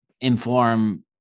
inform